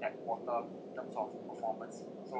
that quarter the top of performance so